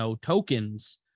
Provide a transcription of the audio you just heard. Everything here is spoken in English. tokens